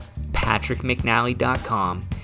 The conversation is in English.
PatrickMcNally.com